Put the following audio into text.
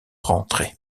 rentrer